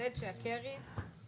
עמלת ניהול